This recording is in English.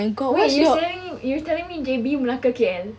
wait you telling you telling me J_B melaka K_L